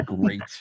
Great